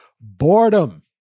Boredom